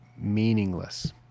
meaningless